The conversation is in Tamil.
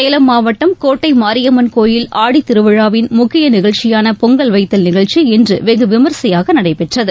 சேலம் மாவட்டம் கோட்டை மாரியம்மன் கோயில் ஆடித்திருவிழாவின் முக்கிய நிகழ்ச்சியான பொங்கல் வைத்தல் நிகழ்ச்சி இன்று வெகு விமரிசையாக நடைபெற்றது